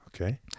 Okay